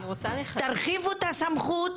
תרחיבו את הסמכות,